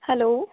hello